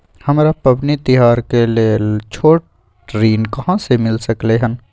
हमरा पबनी तिहार के लेल छोट ऋण कहाँ से मिल सकलय हन?